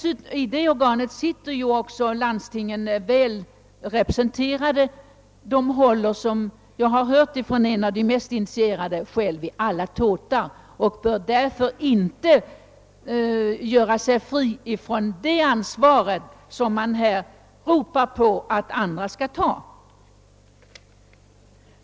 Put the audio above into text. I detta organ är också landstingen väl representerade. Från en av de mest initierade har jag hört att SPRI håller i alla tåtar och landstingen bör därför inte göra sig fria från det ansvar som de här ropar på att andra skall ta.